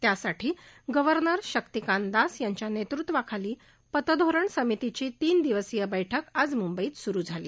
त्यासाठी गव्हर्नर शक्तिकांत दास यांच्या नेतृत्वाखाली पतधोरण समितीची तीन दिवसांची बैठक आज मुंबईत सूरु झाली